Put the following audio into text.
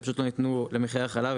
הם פשוט לא ניתנו למחירי החלב,